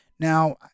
Now